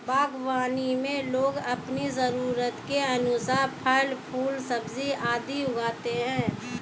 बागवानी में लोग अपनी जरूरत के अनुसार फल, फूल, सब्जियां आदि उगाते हैं